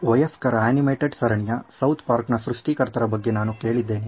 ವಯಸ್ಕರ ಆನಿಮೇಟೆಡ್ ಸರಣಿಯ ಸೌತ್ ಪಾರ್ಕ್ನ ಸೃಷ್ಟಿಕರ್ತರ ಬಗ್ಗೆ ನಾನು ಕೇಳಿದ್ದೇನೆ